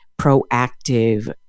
proactive